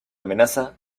amenaza